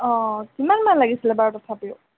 অঁ কিমানমান লাগিছিলে বাৰু তথাপিও